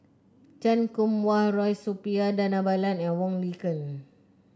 Chan Kum Wah Roy Suppiah Dhanabalan and Wong Lin Ken